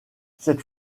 cette